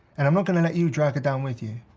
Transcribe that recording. and i'm not gonna let you drag her down with you.